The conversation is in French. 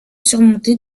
surmontée